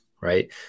right